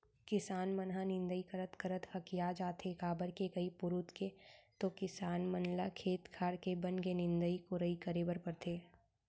किसान मन ह निंदई करत करत हकिया जाथे काबर के कई पुरूत के तो किसान मन ल खेत खार के बन के निंदई कोड़ई करे बर परथे